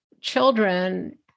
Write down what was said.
children